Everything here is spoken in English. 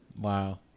Wow